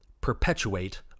perpetuate